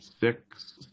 Six